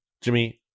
Jimmy